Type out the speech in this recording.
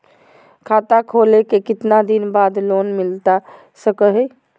खाता खोले के कितना दिन बाद लोन मिलता सको है?